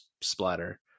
splatter